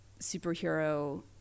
superhero